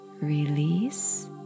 release